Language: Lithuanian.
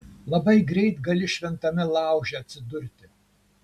labai greit gali šventame lauže atsidurti